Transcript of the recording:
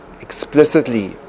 explicitly